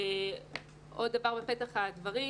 עוד דבר בפתח הדברים.